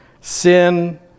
sin